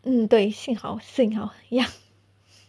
mm 对幸好幸好 ya